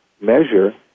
measure